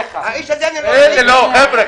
האיש הזה לא --- חבר'ה,